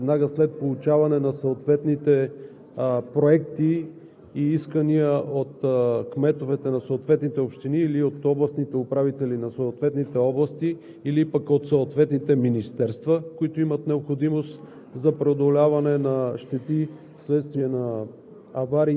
Министерството на вътрешните работи има готовност веднага след получаване на съответните проекти и искания от кметовете на съответните общини или от областните управители на съответните области, или пък от съответните министерства, които имат необходимост